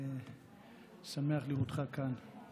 אני שמח לראות אותך כאן.